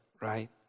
right